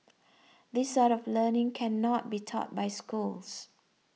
this sort of learning cannot be taught by schools